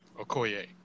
Okoye